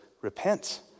repent